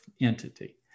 entity